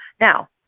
Now